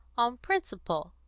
on principle.